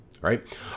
right